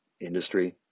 industry